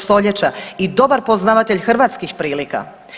Stoljeća i dobar poznavatelj hrvatskih prilika.